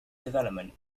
development